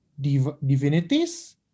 divinities